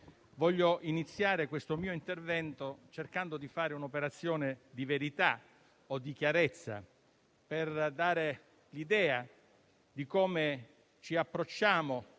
voglio iniziare questo mio intervento cercando di fare un'operazione di verità e di chiarezza, per dare l'idea di come ci approcciamo